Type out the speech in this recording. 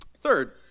Third